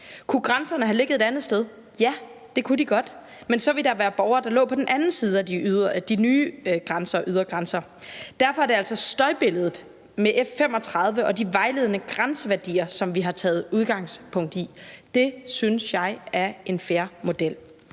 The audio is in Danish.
Kunne grænserne have ligget et andet sted? Ja, det kunne de godt. Men så ville der være borgere, der ville ligge på den anden side af de nye grænser. Derfor er det altså støjbilledet med F-35 og de vejledende grænseværdier, vi har taget udgangspunkt i. Det synes jeg er en fair model.